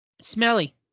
smelly